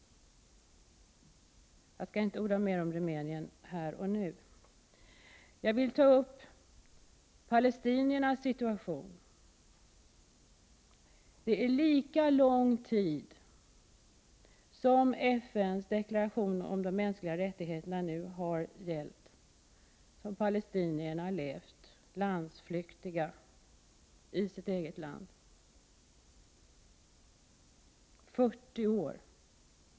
Jag vill även ta upp palestiniernas situation. Det är lika lång tid som FN:s deklaration om de mänskliga rättigheterna nu har gällt som palestinierna har levt landsflyktiga i sitt eget land, dvs. 40 år.